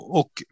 och